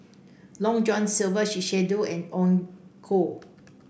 Long John Silver Shiseido and Onkyo